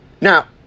Now